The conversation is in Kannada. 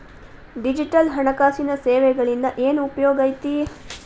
ಡಿಜಿಟಲ್ ಹಣಕಾಸಿನ ಸೇವೆಗಳಿಂದ ಏನ್ ಉಪಯೋಗೈತಿ